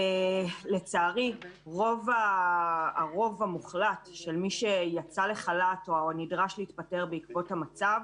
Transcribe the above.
לצערי הרוב המוחלט של מי שיצא לחל"ת או נדרש להתפטר בעקבות המצב